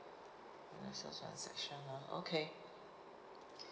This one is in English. financial transaction ah okay